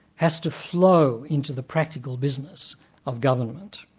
has to flow into the practical business of government.